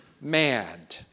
mad